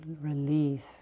release